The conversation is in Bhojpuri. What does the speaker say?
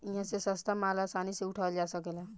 इहा से सस्ता माल आसानी से उठावल जा सकेला